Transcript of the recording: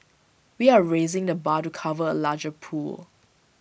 we are raising the bar to cover A larger pool